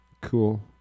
Cool